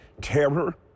terror